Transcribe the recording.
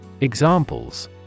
Examples